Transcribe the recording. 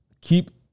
keep